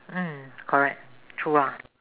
mm correct true ah